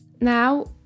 Now